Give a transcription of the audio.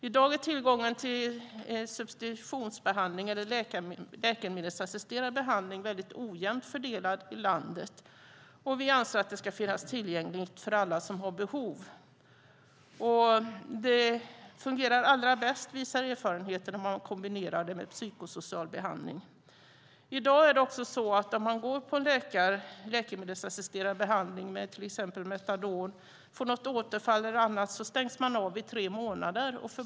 I dag är tillgången till substitutionsbehandling eller läkemedelsassisterad behandling väldigt ojämnt fördelad i landet. Vi anser att detta ska finnas tillgängligt för alla som har behov av det. Erfarenheterna visar att det fungerar allra bäst om man kombinerar det med psykosocial behandling. Om man går på en läkemedelsassisterad behandling med till exempel metadon i dag och får ett återfall stängs man av i tre månader.